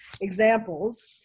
examples